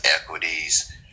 equities